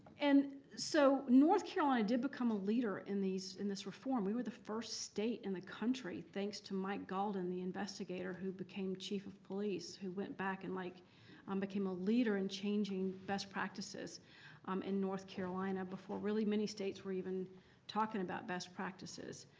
and so north carolina did become a leader in this this reform. we were the first state in the country, thanks to mike gauldin the investigator who became chief of police who went back and like um became a leader in changing best practices um in north carolina before really many states were even talking about best practices.